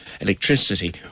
electricity